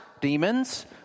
demons